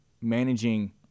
managing